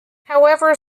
however